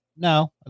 No